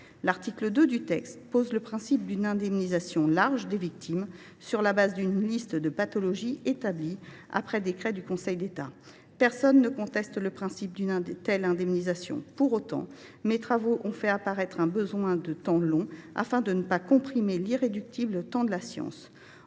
L’article 2 du présent texte pose le principe d’une indemnisation large des victimes, sur la base d’une liste de pathologies établie après décret en Conseil d’État. Cependant, si personne ne conteste le principe d’une telle indemnisation, mes travaux ont fait apparaître un besoin de temps long, afin de ne pas comprimer l’irréductible temps de la science.